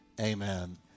Amen